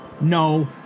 no